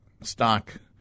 stock